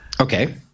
Okay